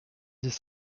dix